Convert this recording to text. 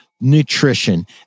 nutrition